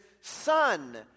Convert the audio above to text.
son